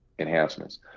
enhancements